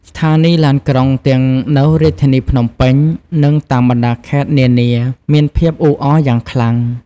ស្ថានីយ៍ឡានក្រុងទាំងនៅរាជធានីភ្នំពេញ និងតាមបណ្តាខេត្តនានាមានភាពអ៊ូអរយ៉ាងខ្លាំង។